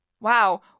Wow